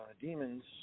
demons